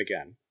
again